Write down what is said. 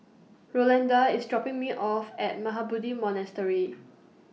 Rolanda IS dropping Me off At Mahabodhi Monastery